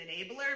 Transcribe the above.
enabler